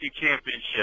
championship